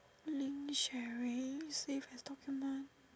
link sharing save your document